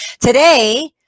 Today